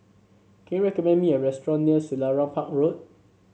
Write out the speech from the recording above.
can you recommend me a restaurant near Selarang Park Road